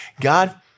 God